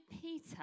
Peter